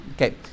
Okay